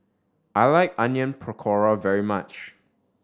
I like Onion Pakora very much